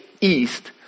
east